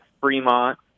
Fremont